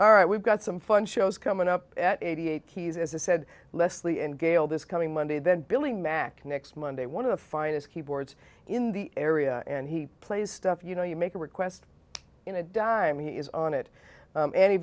all right we've got some fun shows coming up at eighty eight keys as i said leslie and gail this coming monday then billy mack next monday one of the finest keyboards in the area and he plays stuff you know you make a request in a dime he is on it